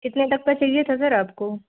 कितने तक का चाहिए था सर आपको